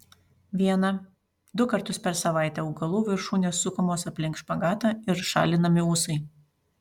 vieną du kartus per savaitę augalų viršūnės sukamos aplink špagatą ir šalinami ūsai